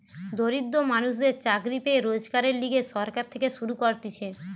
দরিদ্র মানুষদের চাকরি পেয়ে রোজগারের লিগে সরকার থেকে শুরু করতিছে